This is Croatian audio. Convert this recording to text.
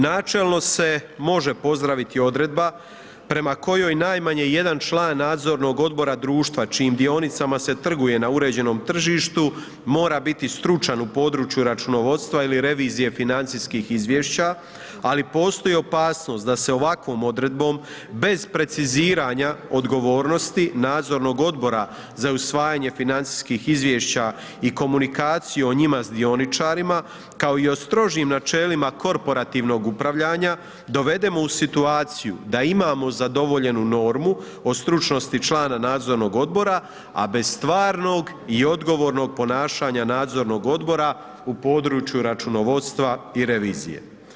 Načelno se može pozdraviti odredba prema kojoj najmanje jedan član nadzornog odbora društva čijim dionicama se trguje na uređenom tržištu mora biti stručan u području računovodstva ili revizije financijskih izvješća, ali postoji opasnost da se ovakvom odredbom bez preciziranja odgovornosti nadzornog odbora za usvajanje financijskih izvješća i komunikaciju o njima s dioničarima, kao i o strožim načelima korporativnog upravljanja dovedemo u situaciju da imamo zadovoljenu normu o stručnosti člana nadzornog odbora, a bez stvarnog i odgovornog ponašanja nadzornog odbora u području računovodstva i revizije.